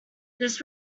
this